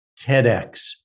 TEDx